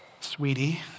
sweetie